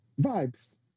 vibes